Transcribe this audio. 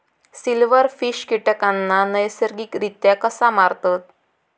Silverfish कीटकांना नैसर्गिकरित्या कसा मारतत?